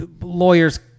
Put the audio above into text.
lawyers